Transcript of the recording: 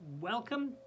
Welcome